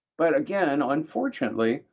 but again and unfortunately,